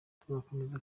tuzakomeza